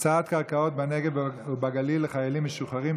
הקצאת קרקעות בנגב ובגליל לחיילים משוחררים),